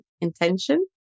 intention